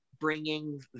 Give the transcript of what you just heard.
bringing